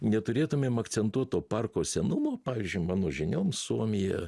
neturėtumėm akcentuot to parko senumo pavyzdžiui mano žiniom suomija